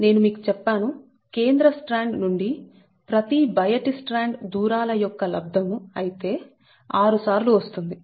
నేను మీకు చెప్పాను కేంద్ర స్ట్రాండ్ నుండి ప్రతి బయటి స్ట్రాండ్ దూరాల యొక్క లబ్ధము అయితే 6 సార్లు వస్తుంది